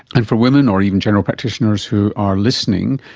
and for women or even general practitioners who are listening,